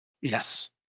Yes